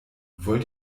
wollt